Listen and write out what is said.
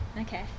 Okay